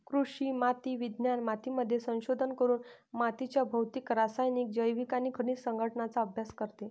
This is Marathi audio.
कृषी माती विज्ञान मातीमध्ये संशोधन करून मातीच्या भौतिक, रासायनिक, जैविक आणि खनिज संघटनाचा अभ्यास करते